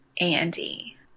andy